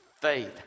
faith